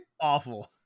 awful